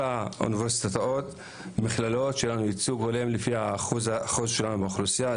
האוניברסיטאות והמכללות ייצוג הולם לפי האחוז שלנו באוכלוסייה,